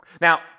Now